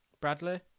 Bradley